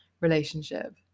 relationship